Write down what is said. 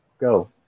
Go